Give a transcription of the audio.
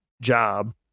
job